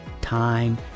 time